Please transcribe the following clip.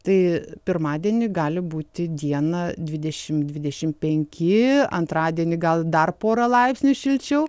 tai pirmadienį gali būti dieną dvidešim dvidešim penki antradienį gal dar porą laipsnių šilčiau